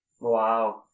Wow